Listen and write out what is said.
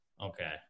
okay